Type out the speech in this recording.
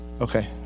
okay